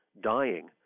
dying